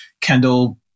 Kendall